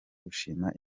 gushima